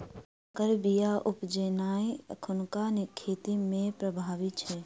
सँकर बीया उपजेनाइ एखुनका खेती मे प्रभावी छै